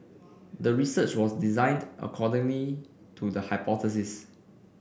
the research was designed accordingly to the hypothesis